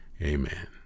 Amen